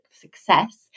success